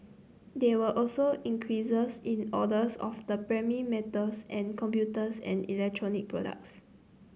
there were also increases in orders of the primary metals and computers and electronic products